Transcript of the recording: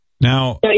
Now